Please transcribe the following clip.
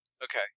Okay